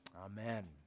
Amen